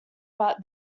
but